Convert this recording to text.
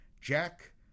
Jack